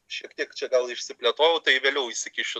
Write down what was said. šiek tiek čia gal išsiplėtojau tai vėliau įsikišiu